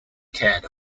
cared